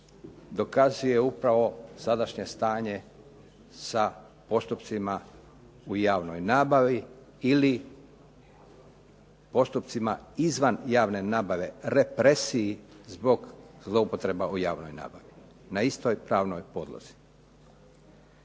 pokazuje upravo sadašnje stanje sa postupcima u javnoj nabavi ili postupcima izvan javne nabave, represiji, zbog zloupotreba u javnoj nabavi na istoj pravnoj podlozi.